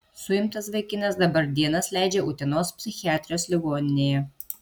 suimtas vaikinas dabar dienas leidžia utenos psichiatrijos ligoninėje